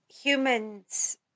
Humans